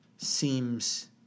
seems